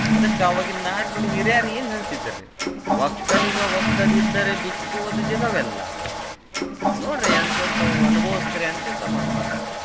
ಅದಕ್ಕೆ ಅವಾಗಿನ ನಾಣ್ಣುಡಿ ಹಿರ್ಯರು ಏನು ಹೇಳ್ತಿದ್ದರು ಒಕ್ಕಲಿಗ ಒಕ್ಕದಿದ್ದರೆ ಬಿಕ್ಕುವುದು ಜಗವೆಲ್ಲ ನೋಡಿರಿ ಎಂತೆಂಥವು ಅನುಭವಸ್ಥ್ರು ಎಂತೆಂಥ ಮಾತು ಮಾತಾಡ್ಯಾರೆ